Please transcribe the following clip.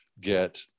get